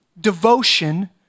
devotion